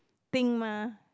think mah